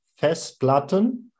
festplatten